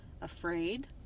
Afraid